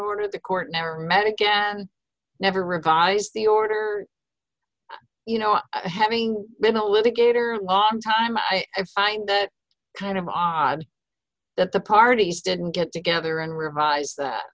order the court never met again never revise the order you know having been a litigator long time i find that kind of odd that the parties didn't get together and revise that